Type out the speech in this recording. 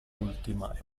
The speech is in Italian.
ultima